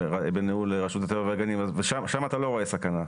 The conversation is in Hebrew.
רשות הטבע והגנים ושם אתה לא רואה סכנה?